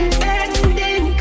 bending